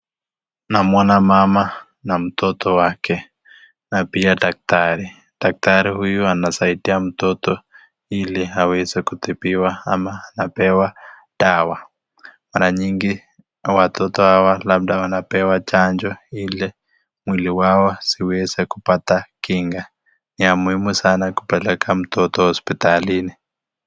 Namuona mama na mtoto wake, na pia daktari. Daktari huyu anasaidia mtoto ili aweze kutibiwa ama apewe dawa. Mara nyingi watoto hawa labda wanapewa chanjo ili mwili wao ziweze kupata kinga. Ni ya muhimu sana kupeleka mtoto hospitalini.